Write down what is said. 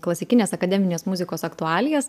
klasikinės akademinės muzikos aktualijas